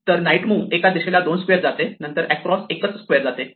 तर knight move एका दिशेला दोन स्क्वेअर जाते नंतर अक्रॉस एकच स्क्वेअर जाते